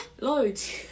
Loads